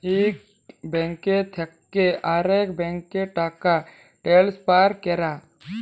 ইক ব্যাংক থ্যাকে আরেক ব্যাংকে টাকা টেলেসফার ক্যরা